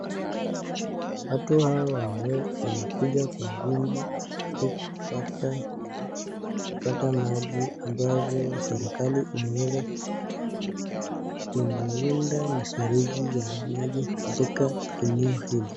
Watu hawa wamekuja kwa wingi kupata maji ambayo serikali imeweza kuliunda mifereji ya maji katika eneo hili.